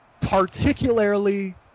particularly